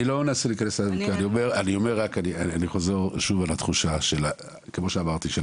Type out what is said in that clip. אני חוזר שוב על התחושה כמו שאמרתי על